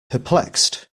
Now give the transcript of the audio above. perplexed